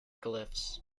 glyphs